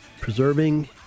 preserving